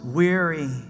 weary